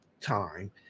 time